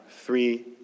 three